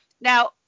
Now